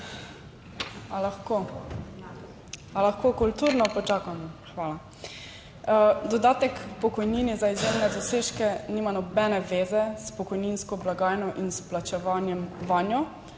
A lahko? A lahko kulturno počakam? Hvala. Dodatek k pokojnini za izjemne dosežke nima nobene veze s pokojninsko blagajno in s plačevanjem vanjo,